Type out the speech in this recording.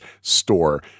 store